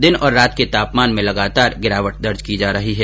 दिन और रात के तापमान में लगातार गिरावट दर्ज की जा रही है